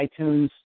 iTunes